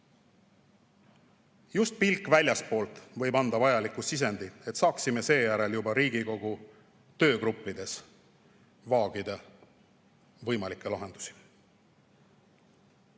Just pilk väljastpoolt võib anda vajaliku sisendi, et saaksime seejärel juba Riigikogu töögruppides vaagida võimalikke lahendusi.